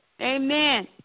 Amen